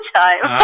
time